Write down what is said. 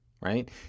right